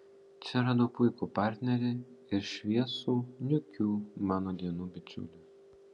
čia radau puikų partnerį ir šviesų niūkių mano dienų bičiulį